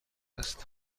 است